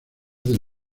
del